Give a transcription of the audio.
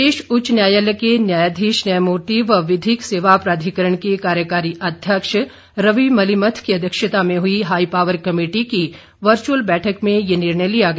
प्रदेश उच्च न्यायालय के न्यायाधीश न्यायमूर्ति व विधिक सेवा प्राधिकरण के कार्यकारी अध्यक्ष रवि मलिमथ की अध्यक्षता में हई हाईपावर कमेटी की वर्चअल बैठक में यह निर्णय लिया गया